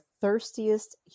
thirstiest